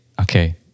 Okay